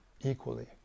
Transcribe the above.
equally